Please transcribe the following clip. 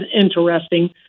interesting